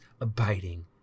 abiding